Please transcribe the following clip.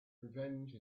revenge